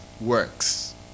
works